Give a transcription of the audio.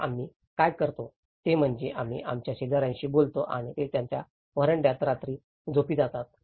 तर आम्ही काय करतो ते म्हणजे आम्ही आमच्या शेजार्यांशी बोलतो आणि ते त्यांच्या व्हरांड्यात रात्री झोपी जातात